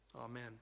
Amen